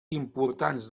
importants